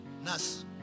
Nas